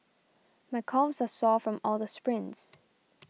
my calves are sore from all the sprints